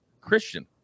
Christian